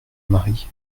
marie